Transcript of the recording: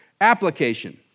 application